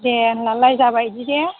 दे होनबालाय जाबाय बिदि दे